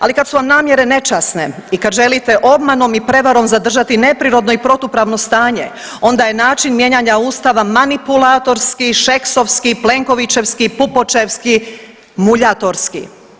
Ali kad su vam namjere nečasne i kad želite obmanom i prevarom zadržati nepravedno i protupravno stanje onda je način mijenjanja Ustava manipulatorski, Šeksovski, Plenkovićevski, Pupovćevski, muljatorski.